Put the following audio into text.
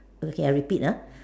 okay I repeat ah